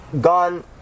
gone